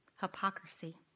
hypocrisy